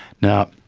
now,